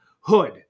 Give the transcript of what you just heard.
Hood